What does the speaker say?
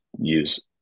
use